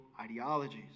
ideologies